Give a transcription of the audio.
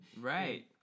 Right